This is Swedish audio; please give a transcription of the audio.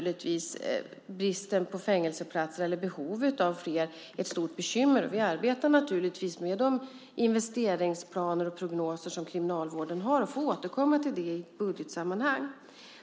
Bristen på fängelseplatser, eller behovet av fler platser, är naturligtvis ett stort bekymmer. Vi arbetar givetvis med de investeringsplaner och prognoser som Kriminalvården har och får återkomma i budgetsammanhang.